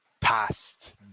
past